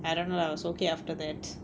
I don't know lah I was okay after that